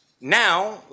Now